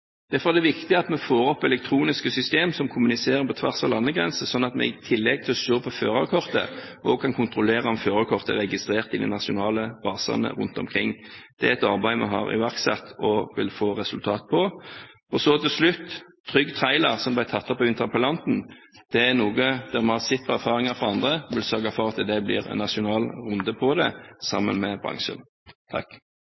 Derfor er det viktig at vi får opp elektroniske systemer som kommuniserer på tvers av landegrenser, sånn at vi i tillegg til å se på førerkortet også kan kontrollere om førerkortet er registrert i de nasjonale basene rundt omkring. Det er et arbeid vi har iverksatt og vil få resultater av. Så til slutt: Trygg Trailer, som ble tatt opp av interpellanten, er noe vi, når vi har sett erfaringer fra andre, vil sørge for at det blir en nasjonal runde på